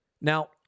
Now